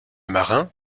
marin